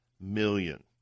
million